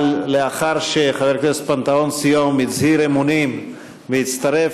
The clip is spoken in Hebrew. אבל לאחר שחבר הכנסת פנתהון סיום הצהיר אמונים והצטרף